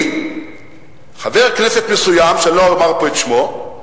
כי חבר כנסת מסוים, שאני לא אומר פה את שמו,